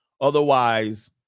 Otherwise